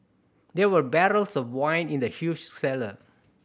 there were barrels of wine in the huge cellar